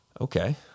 okay